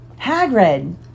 Hagrid